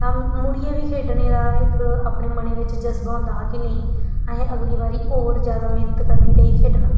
तां मुड़ियै बी खेढने दा इक अपने मनै बिच्च जज्ब होंदा हा कि नेईं असें अगली बारी होर ज्यादा मेह्नत करनी ते एह् खेढना